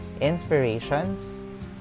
inspirations